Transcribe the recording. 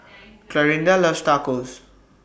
Clarinda loves Tacos